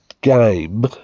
game